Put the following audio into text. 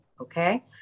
okay